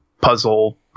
puzzle